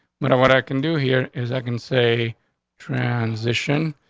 but what i can do here is aiken, say transition.